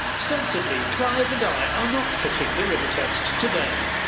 sensibly, clive and i are not fishing the river test today.